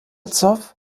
zoff